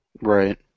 Right